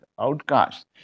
outcasts